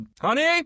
honey